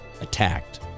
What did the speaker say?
attacked